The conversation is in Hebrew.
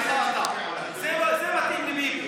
זה מתאים לביבי,